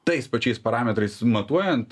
tais pačiais parametrais matuojant